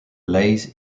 blaze